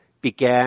began